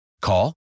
Call